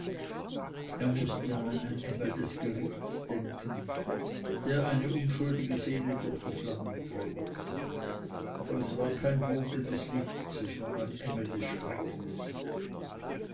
er mußte an einen engel des gerichts denken der eine unschuldige seele durch die flammen trägt aber es war kein bote des lichts es war ein engel des schreckens